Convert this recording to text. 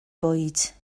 bwyd